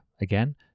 again